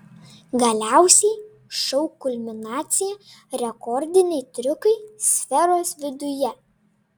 galiausiai šou kulminacija rekordiniai triukai sferos viduje